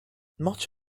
much